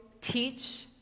teach